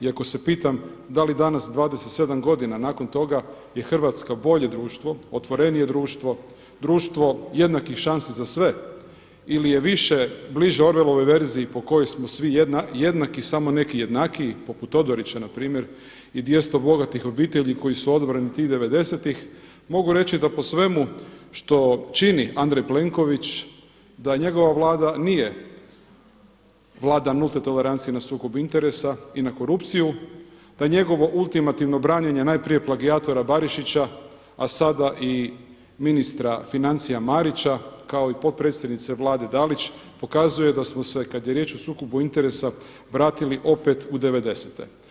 iako se pitam da li danas 27 godina nakon toga je Hrvatska bolje društvo, otvorenije društvo, društvo jednakih šansi za sve ili je više, bliže Orwelovoj verziji po kojoj smo svi jednaki, samo neki jednakiji poput Todorića na primjer i 200 bogatih obitelji koji su odabrani tih devedesetih, mogu reći da po svemu što čini Andrej Plenković da njegova Vlada nije Vlada nulte tolerancije na sukob interesa i na korupciju, da njegovo ultimativno branjenje najprije plagijatora Barišića, a sada i ministra financija Marića kao i potpredsjednice Vlade Dalić, pokazuje da smo se kada je riječ o sukobu interesa vratili opet u devedesete.